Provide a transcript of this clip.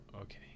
Okay